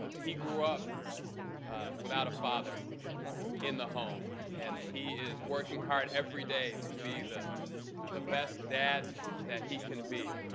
he grew up without a father in the home. and he is working hard everyday to be the the best dad that he can be.